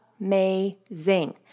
amazing